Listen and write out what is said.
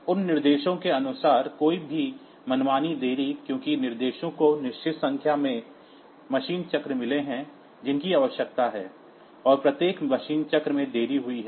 उन निर्देशों के अनुसार कोई भी मनमानी देरी क्योंकि निर्देशों को निश्चित संख्या में मशीन साइकिल मिले हैं जिनकी आवश्यकता है और प्रत्येक मशीन साइकिल में देरी हुई है